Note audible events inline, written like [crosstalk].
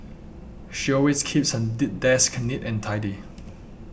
she always keeps her [unintelligible] desk neat and tidy